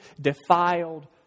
defiled